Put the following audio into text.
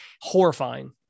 horrifying